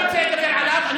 אני לא רוצה לדבר עליו.